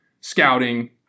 scouting